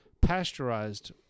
pasteurized